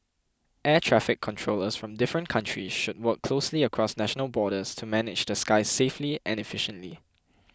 air traffic controllers from different countries should work closely across national borders to manage the skies safely and efficiently